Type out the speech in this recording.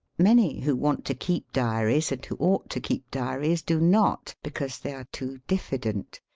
many who want to keep diaries and who ought to keep diaries do not, because they are too diffident.